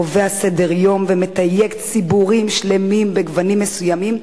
קובע סדר-יום ומתייג ציבורים שלמים בגוונים מסוימים,